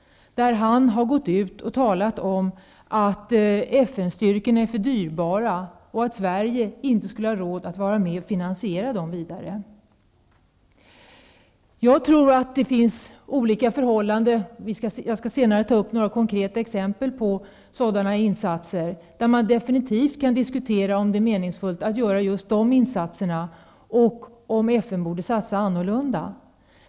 Han har gått ut och talat om att FN styrkorna är för dyrbara och att Sverige inte skulle ha råd att vara med och finansiera dem vidare. Jag tror att det finns olika förhållanden där man definitivt kan diskutera om det är meningsfullt med de insatser som har gjorts och om FN borde satsa annorlunda. Jag skall senare ta upp några konkreta exempel på sådana insatser.